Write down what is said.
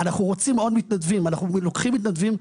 אנחנו רוצים ולוקחים עוד מתנדבים,